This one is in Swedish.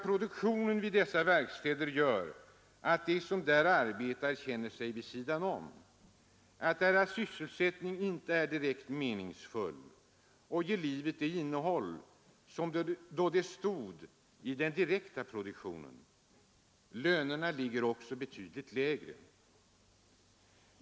Produktionen vid dessa verkstäder gör att de som där arbetar känner sig vid sidan om. De tycker inte att deras sysselsättning är direkt meningsfull och ger livet samma innehåll som då de stod i den direkta produktionen. Lönerna ligger också betydligt lägre.